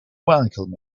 welcomed